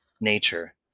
nature